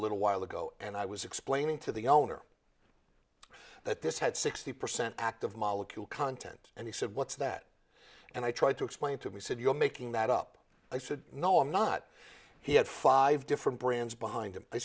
little while ago and i was explaining to the owner that this had sixty percent active molecule content and he said what's that and i tried to explain to me said you're making that up i said no i'm not he had five different brands behind him